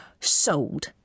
Sold